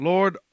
Lord